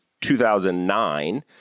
2009